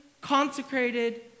consecrated